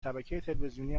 تلویزیونی